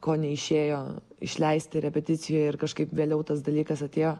ko neišėjo išleisti repeticijoj ir kažkaip vėliau tas dalykas atėjo